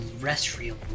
terrestrial